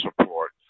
support